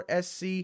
sc